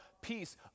peace